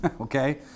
Okay